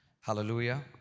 Hallelujah